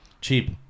Cheap